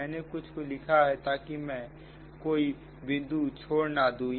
मैंने कुछ को लिखा है ताकि मैं कोई बिंदु छोड़ ना दूं